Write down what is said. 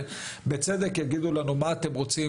בצדק יגידו לנו: "מה אתם רוצים,